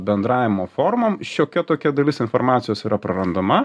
bendravimo formom šiokia tokia dalis informacijos yra prarandama